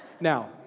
Now